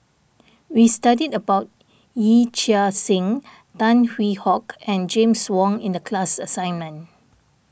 we studied about Yee Chia Hsing Tan Hwee Hock and James Wong in the class assignment